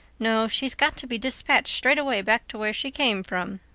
no, she's got to be despatched straight-way back to where she came from.